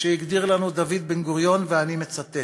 שהגדיר לנו דוד בן-גוריון, ואני מצטט: